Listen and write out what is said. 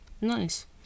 Nice